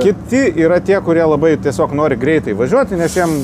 kiti yra tie kurie labai tiesiog nori greitai važiuoti nes jiem